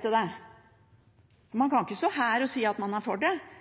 det. Man kan ikke stå her og si at man er for det,